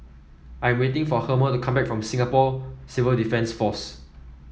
I am waiting for Herma to come back from Singapore Civil Defence Force